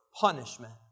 punishment